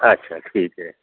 ਅੱਛਾ ਠੀਕ ਹੈ